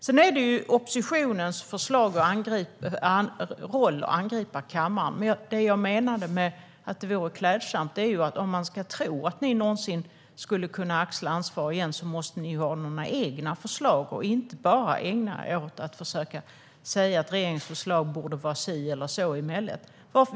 Det är oppositionens roll att angripa majoriteten i kammaren, men det jag menade med att det vore klädsamt är att om ni någonsin ska kunna axla ansvaret igen måste ni ju ha några egna förslag och inte bara ägna er åt att försöka säga att regeringens förslag borde vara si eller så.